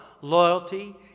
loyalty